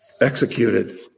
executed